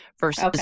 versus